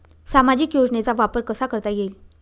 सामाजिक योजनेचा वापर कसा करता येईल?